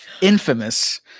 infamous